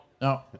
no